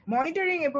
Monitoring